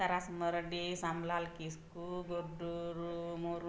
ᱨᱟᱥ ᱢᱚᱨᱰᱤ ᱥᱚᱢᱞᱟᱞ ᱠᱤᱥᱠᱩ ᱜᱩᱰᱨᱩ ᱢᱩᱨᱢᱩ